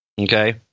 okay